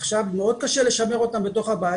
עכשיו מאוד קשה לשמר אותם בתוך הבית.